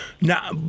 Now